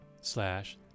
slash